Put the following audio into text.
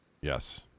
Yes